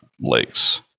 Lakes